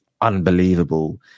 unbelievable